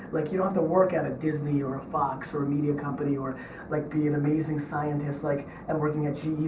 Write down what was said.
like you don't have to work at a disney or a fox, or a media company, or like be an amazing scientist like and working at ge.